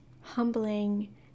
humbling